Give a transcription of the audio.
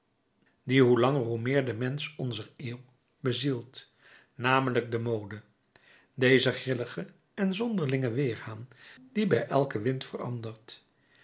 die hoe langer hoe meer den mensch onzer eeuw bezielt namelijk de mode dezen grilligen en zonderlingen weerhaan die bij elken wind verandert